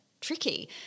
tricky